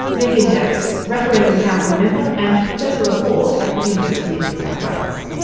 megan davis, referendum council member and professor of law at the university of new south wales.